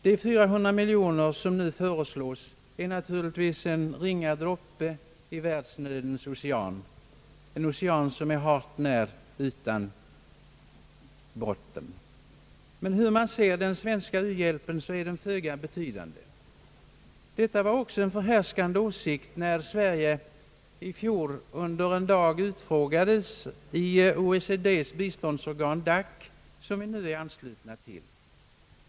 De 400 miljoner som nu föreslås är naturligtvis en ringa droppe i världsnödens ocean, en ocean som är hart när utan botten. Den svenska u-hjälpen är föga betydande, hur man än ser den. Detta var en förhärskande åsikt också när Sverige i fjol under en dag utfrågades i OECD:s biståndsorgan DAC som vi nu är anslutna till.